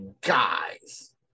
guys